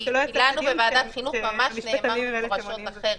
לנו בוועדת החינוך נאמר במפורש אחרת.